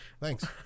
thanks